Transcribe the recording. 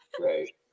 Right